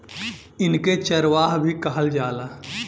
इनके चरवाह भी कहल जाला